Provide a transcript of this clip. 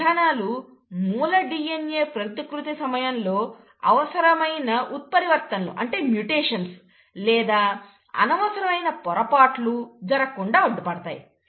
ఈ విధానాలు మూల DNA ప్రతికృతి సమయంలో అనవసరమైన ఉత్పరివర్తనలు లేదా అనవసరమైన పొరపాట్లు జరగకుండా అడ్డుపడతాయి